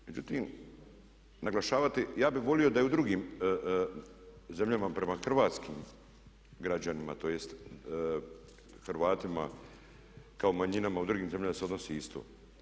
Međutim, naglašavati ja bih volio da i u drugim zemljama prema hrvatskim građanima, tj. Hrvatima kao manjinama u drugim zemljama se odnosi isto.